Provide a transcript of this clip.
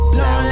Blow